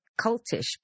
cultish